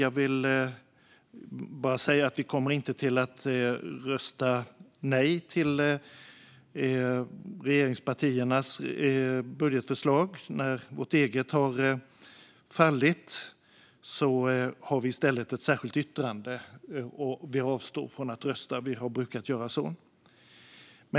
Jag vill bara säga att vi inte kommer att rösta nej till regeringspartiernas budgetförslag när vårt eget har fallit. Vi har i stället ett särskilt yttrande och avstår från att rösta. Vi har brukat göra så.